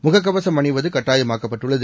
முகக்கவசம் அணிவது கட்டாயமாக்கப்பட்டுள்ளது